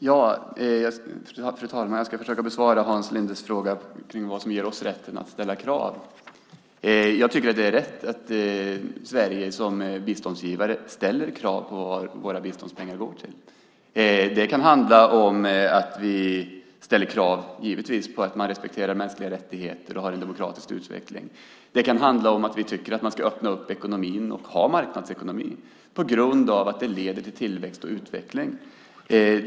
Fru talman! Jag ska försöka besvara Hans Lindes fråga om vad som ger oss rätten att ställa krav. Jag tycker att det är rätt att Sverige som biståndsgivare ställer krav på vad våra biståndspengar går till. Det kan givetvis handla om att vi ställer krav på att man respekterar mänskliga rättigheter och har en demokratisk utveckling. Det kan handla om att vi tycker att man ska öppna ekonomin och ha marknadsekonomi på grund av att det leder till tillväxt och utveckling.